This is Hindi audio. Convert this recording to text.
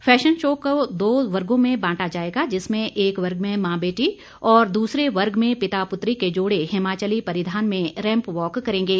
फैशन शो को दो वर्गों में बांटा जाएगा जिसमें एक वर्ग में मां बेटी और दूसरे वर्ग में पिता पुत्री के जोड़े हिमाचली परिधान में रैंप वॉक करेंगे